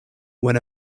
when